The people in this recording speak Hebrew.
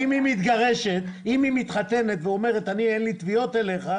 כי אם היא מתגרשת ואומרת: אין לי תביעות אליך,